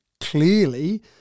clearly